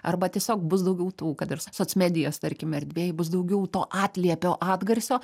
arba tiesiog bus daugiau tų kad ir socmedijos tarkime erdvėj bus daugiau to atliepio atgarsio